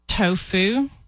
Tofu